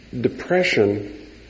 depression